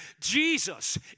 Jesus